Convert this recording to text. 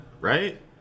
right